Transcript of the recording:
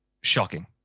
shocking